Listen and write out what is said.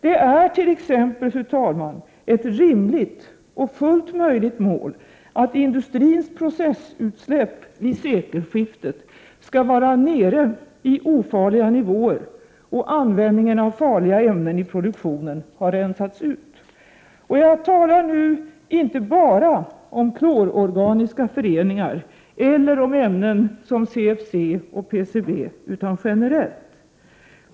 Det är t.ex., fru talman, ett rimligt och fullt möjligt mål att industrins processutsläpp vid sekelskiftet skall vara nere i ofarliga nivåer och användningen av farliga ämnen i produktionen ha rensats ut. Jag talar nu inte bara om klororganiska föreningar eller ämnen som CFC och PCB utan generellt.